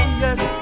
yes